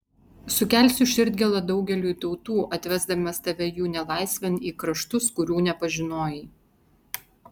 sukelsiu širdgėlą daugeliui tautų atvesdamas tave jų nelaisvėn į kraštus kurių nepažinojai